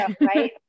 right